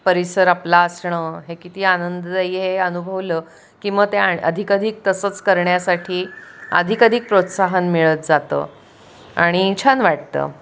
परिसर आपला असणं हे किती आनंददायी हे अनुभवलं की मग ते आण अधिक अधिक तसंच करण्यासाठी अधिकधिक प्रोत्साहन मिळत जातं आणि छान वाटतं